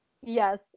Yes